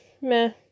Meh